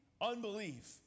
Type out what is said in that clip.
unbelief